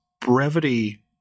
brevity